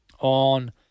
on